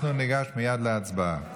אנחנו ניגש מייד להצבעה.